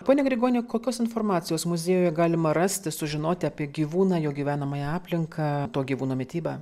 pone grigoni kokios informacijos muziejuje galima rasti sužinoti apie gyvūną jo gyvenamąją aplinką to gyvūno mitybą